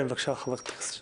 חבר הכנסת שטרן,